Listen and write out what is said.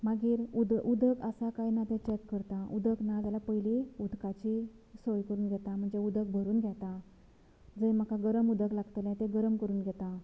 मागीर उद उदक आसा काय ना तें चॅक डमपामक़ करतां उदक ना जाल्यार पयलीं उदकाची सोय कोरून घेतां म्हणजे उदक भरून घेतां जंय म्हाका गरम उदक लागतलें तें गरम करून घेतां